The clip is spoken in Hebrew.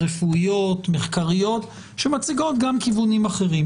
רפואיות ומחקריות שמציגות גם כיוונים אחרים.